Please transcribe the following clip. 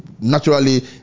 naturally